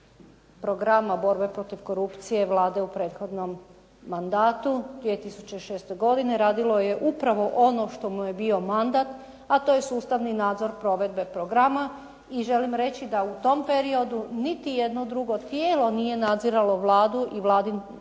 programa borbe protiv korupcije Vlade u prethodnom mandatu 2006. godine. Radilo je upravo ono što mu je bio mandat a to je sustavni nadzor provedbe programa. I želim reći da u tom periodu niti jedno drugo tijelo nije nadziralo Vladu i Vladinu